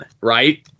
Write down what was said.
right